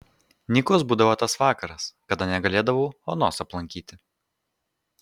nykus būdavo tas vakaras kada negalėdavau onos aplankyti